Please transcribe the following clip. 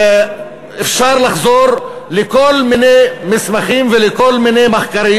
אפשר לחזור לכל מיני מסמכים ולכל מיני מחקרים.